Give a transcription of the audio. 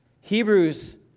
Hebrews